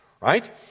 right